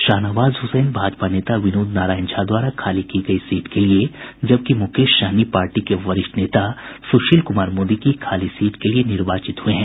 शाहनवाज हुसैन भाजपा नेता विनोद नारायण झा द्वारा खाली की गई सीट के लिए जबकि मुकेश सहनी पार्टी के वरिष्ठ नेता सुशील कुमार मोदी की खाली सीट के लिए निर्वाचित हुए हैं